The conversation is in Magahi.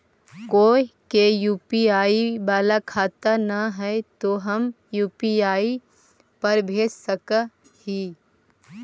कोय के यु.पी.आई बाला खाता न है तो हम यु.पी.आई पर भेज सक ही?